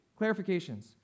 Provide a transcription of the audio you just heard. clarifications